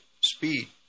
speed